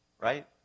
right